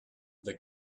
the